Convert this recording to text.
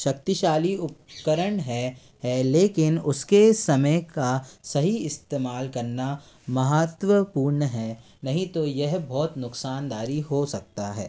शक्तिशाली उपकरण है है लेकिन उसके समय का सही इस्तेमाल करना महत्वपूर्ण है नहीं तो यह बहुत नुकसानदारी हो सकता है